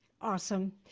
Awesome